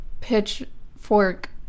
Pitchfork